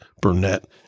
Burnett